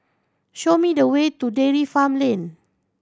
show me the way to Dairy Farm Lane